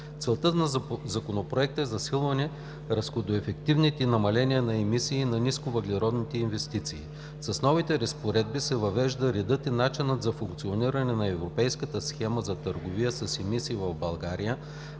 Целта на Законопроекта е засилване на разходоефективните намаления на емисии и на нисковъглеродните инвестиции. С новите разпоредби се въвеждат редът и начинът за функциониране на Европейската схема за търговия с емисии в България